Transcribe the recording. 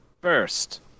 first